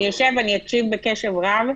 אני אשב, אני אקשיב בקשב רב,